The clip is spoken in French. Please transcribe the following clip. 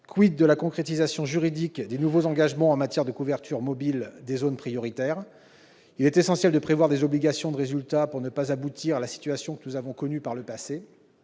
? de la concrétisation juridique des nouveaux engagements en matière de couverture mobile des zones prioritaires ? Il est essentiel de prévoir des obligations de résultat pour ne pas aboutir à la situation que nous avons connue par le passé.